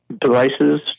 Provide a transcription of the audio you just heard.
devices